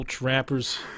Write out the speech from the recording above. rappers